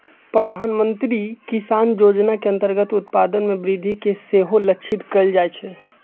प्रधानमंत्री किसान जोजना के अंतर्गत उत्पादन में वृद्धि के सेहो लक्षित कएल जाइ छै